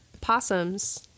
possums